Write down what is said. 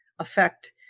affect